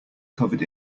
covered